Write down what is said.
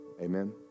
Amen